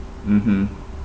mmhmm